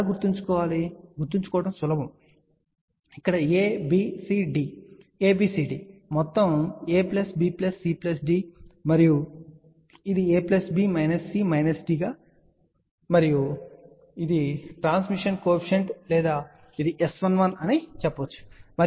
గుర్తుంచుకోవడం చాలా సులభం ఇక్కడ A B C D ABCD మొత్తం A plus B plus C plus D మరియు ఇది A plus B minus C minus D మరియు ఇది ట్రాన్స్మిషన్ కోఎఫీషియంట్ లేదా మీరు ఇది S11 అని చెప్పవచ్చు మరియు ఇది S21 సరే